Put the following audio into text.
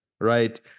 right